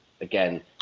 again